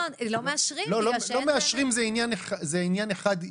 לא מאשרים זה עניין אחד,